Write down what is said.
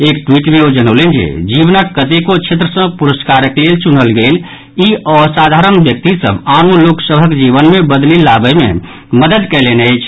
एक ट्वीट मे ओ जनौलनि जे जीवनक कतेको क्षेत्र सँ पुरस्कारक लेल चुनल गेल ई असाधारण व्यक्ति सभ आनो लोक सभक जीवन मे बदलि लावय मे मददि कयलनि अछि